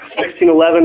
1611